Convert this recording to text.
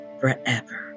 forever